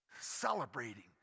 celebrating